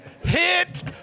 hit